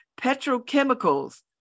petrochemicals